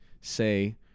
say